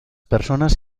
personas